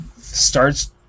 starts